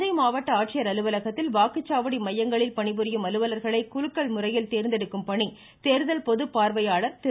தஞ்சை மாவட்ட ஆட்சியர் அலுவலகத்தில் வாக்குச்சாவடி மையங்களில் பணிபுரியும் அலுவலர்களை குலுக்கல் முறையில் தேர்ந்தெடுக்கும் பணி தேர்தல் பொதுப்பார்வையாளர் திரு